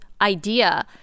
idea